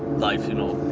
life, you know,